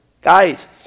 Guys